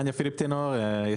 אני